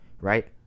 right